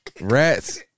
rats